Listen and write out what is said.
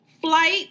flight